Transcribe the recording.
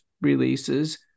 releases